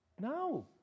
No